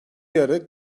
yarı